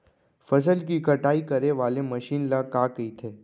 फसल की कटाई करे वाले मशीन ल का कइथे?